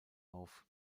auf